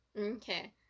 okay